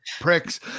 pricks